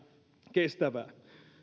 kestävää